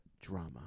drama